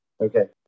Okay